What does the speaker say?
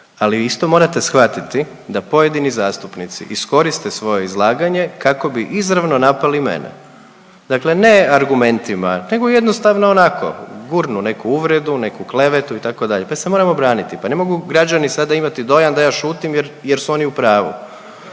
ali isto morate shvatiti da pojedini zastupnici iskoriste svoje izlaganje kako bi izravno napali mene, dakle ne argumentima nego jednostavno onako gurnu neku uvredu, neku klevetu itd. pa se moram obraniti, pa ne mogu građani sada imati dojam da ja šutim jer su oni u pravu.